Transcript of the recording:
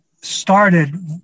started